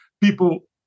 people